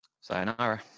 Sayonara